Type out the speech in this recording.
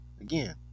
again